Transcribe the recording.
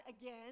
again